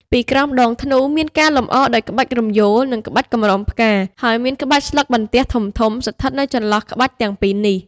ពីក្រោមដងធ្នូ មានការលម្អដោយក្បាច់រំយោល និងក្បាច់កម្រងផ្កា ហើយមានក្បាច់ស្លឹកបន្ទះធំៗស្ថិតនៅចន្លោះក្បាច់ទាំងពីរនេះ។